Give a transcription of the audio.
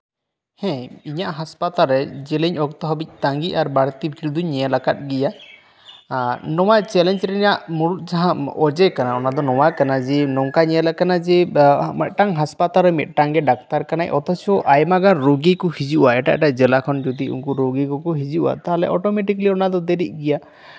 ᱦᱮᱸ ᱤᱧᱟᱹᱜ ᱦᱟᱸᱥᱯᱟᱛᱟᱞ ᱨᱮ ᱡᱮᱞᱮᱧ ᱚᱠᱛᱚ ᱦᱟᱹᱵᱤᱡ ᱛᱟᱸᱜᱤ ᱟᱨ ᱵᱟᱲᱤ ᱴᱤᱯ ᱫᱩᱧ ᱧᱮᱞ ᱟᱠᱟᱫ ᱜᱮᱭᱟ ᱮᱸᱜ ᱱᱚᱣᱟ ᱪᱮᱞᱮᱧᱡᱽ ᱨᱮᱭᱟᱜ ᱢᱩᱬᱩᱫ ᱡᱟᱦᱟᱸ ᱚᱡᱮ ᱠᱟᱱᱟ ᱚᱱᱟ ᱫᱚ ᱱᱚᱶᱟ ᱠᱟᱱᱟ ᱡᱮ ᱱᱚᱝᱠᱟ ᱧᱮᱞᱟᱠᱟᱱᱟ ᱡᱮ ᱢᱤᱫᱴᱟᱝ ᱢᱤᱫᱴᱟᱝ ᱦᱟᱸᱥᱯᱟᱛᱟᱞ ᱨᱮ ᱢᱤᱫᱴᱟᱝ ᱜᱮ ᱰᱟᱠᱛᱟᱨ ᱠᱟᱱᱟᱭ ᱚᱛᱷᱚᱪᱚ ᱟᱭᱢᱟ ᱜᱟᱱ ᱨᱩᱜᱤ ᱠᱚ ᱦᱤᱡᱩᱜᱼᱟ ᱮᱴᱟᱜ ᱮᱴᱟᱜ ᱡᱮᱞᱟ ᱠᱷᱚᱱ ᱡᱩᱫᱤ ᱩᱱᱠᱩ ᱨᱩᱜᱤ ᱠᱚᱠᱚ ᱦᱤᱡᱩᱜᱼᱟ ᱛᱟᱞᱦᱮ ᱚᱴᱳᱢᱮᱴᱤᱠᱞᱤ ᱚᱱᱟ ᱫᱚ ᱫᱮᱨᱤᱜ ᱜᱮᱭᱟ